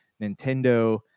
nintendo